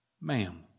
Ma'am